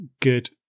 good